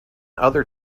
other